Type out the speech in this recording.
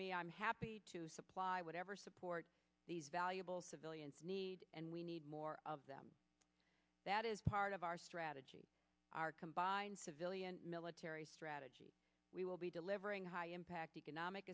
me i'm happy to supply whatever support these valuable civilians need and we need more of them that is part of our strategy our combined civilian military strategy we will be delivering high impact economic